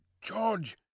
George